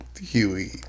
Huey